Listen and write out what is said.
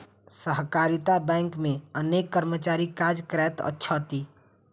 सहकारिता बैंक मे अनेक कर्मचारी काज करैत छथि